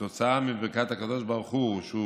כתוצאה מברכת הקדוש ברוך הוא שהוא